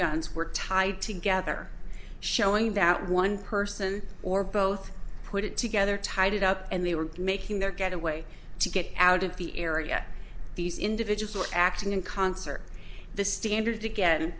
guns were tied together showing that one person or both put it together tied it up and they were making their getaway to get out of the area these individuals were acting in concert the standard again